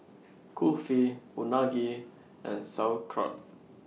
Kulfi Unagi and Sauerkraut